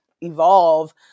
evolve